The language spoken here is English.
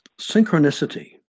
synchronicity